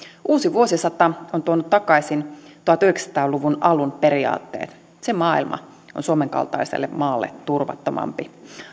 uusi vuosisata on tuonut takaisin tuhatyhdeksänsataa luvun alun periaatteet se maailma on suomen kaltaiselle maalle turvattomampi